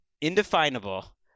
indefinable